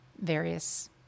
various